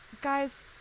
guys